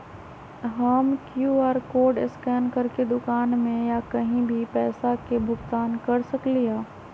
हम QR code scan करके दुकान में या कहीं भी पैसा के भुगतान कर सकली ह?